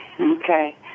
Okay